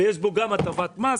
ויש בו גם הטבת מס.